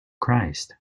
christ